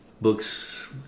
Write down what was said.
books